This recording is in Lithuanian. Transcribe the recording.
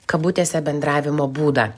kabutėse bendravimo būdą